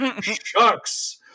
Shucks